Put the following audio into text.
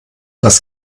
das